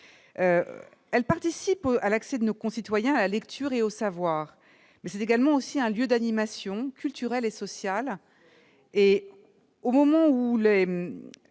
Celle-ci participe à l'accès de nos concitoyens à la lecture et au savoir, mais c'est également un lieu d'animation culturelle et sociale. Au moment de